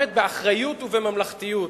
באמת באחריות ובממלכתיות,